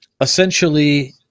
essentially